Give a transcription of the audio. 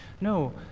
No